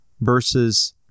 versus